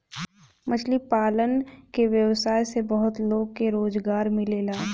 मछली पालन के व्यवसाय से बहुत लोग के रोजगार मिलेला